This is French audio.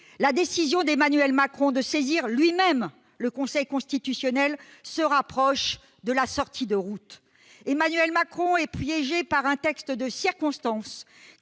la décision d'Emmanuel Macron de saisir lui-même le Conseil constitutionnel se rapproche de la sortie de route. Le Président de la République est piégé par un texte de circonstance,